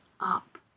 up